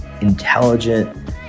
intelligent